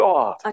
God